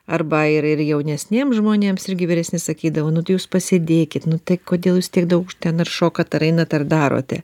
arba ir ir jaunesniem žmonėms irgi vyresni sakydavo nu tai jūs pasėdėkit nu tai kodėl jūs tiek daug ten ar šokat ar einat ar darote